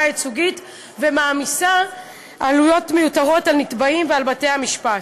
הייצוגית ומעמיסים עלויות מיותרות על נתבעים ועל בתי-המשפט.